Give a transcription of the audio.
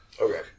Okay